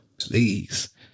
please